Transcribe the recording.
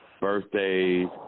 birthdays